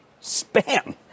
spam